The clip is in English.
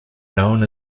known